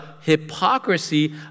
hypocrisy